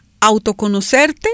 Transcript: autoconocerte